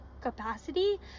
capacity